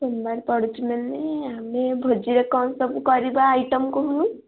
ସୋମବାର ପଡ଼ୁଛି ମାନେ ଆମେ ଭୋଜିରେ କ'ଣ ସବୁ କରିବା ଆଇଟମ୍ କହୁନୁ